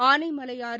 Anaimalaiyaru